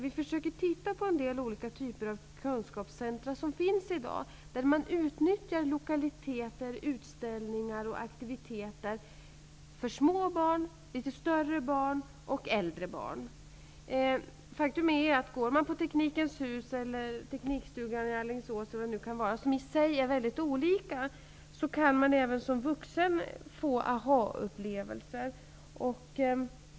Vi tittar på olika typer av kunskapscentra som finns i dag, där man utnyttjar lokaliteter, utställningar och aktiviteter för små barn, litet större barn och äldre barn. Faktum är att man även som vuxen, om man går på Teknikens Hus eller Teknikstugan i Alingsås -- som i sig är mycket olika -- kan få aha-upplevelser.